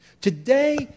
Today